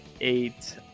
eight